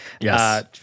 yes